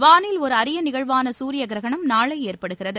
வானில் ஒரு அரிய நிகழ்வான சூரிய கிரகணம் நாளை ஏற்படுகிறது